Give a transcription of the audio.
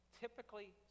typically